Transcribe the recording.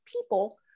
people